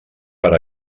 per